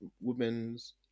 Women's